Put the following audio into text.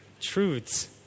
truths